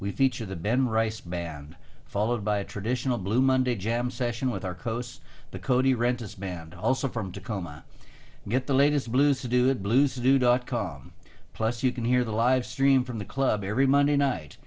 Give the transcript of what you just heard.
feature the ben rice band followed by a traditional blue monday jam session with our coasts the cody rentis band also from tacoma get the latest blues to do it blues do dot com plus you can hear the live stream from the club every monday night